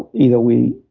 either we.